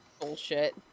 bullshit